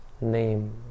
name